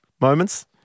moments